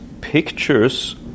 pictures